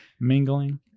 mingling